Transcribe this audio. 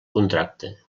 contracte